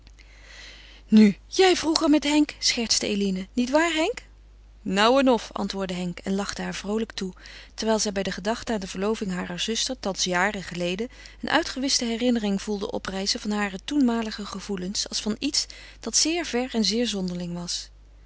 nu jij vroeger met henk schertste eline nietwaar henk nou of antwoordde henk en lachte haar vroolijk toe terwijl zij bij de gedachte aan de verloving harer zuster thans jaren geleden een uitgewischte herinnering voelde oprijzen van hare toenmalige gevoelens als van iets dat zeer ver en zeer zonderling was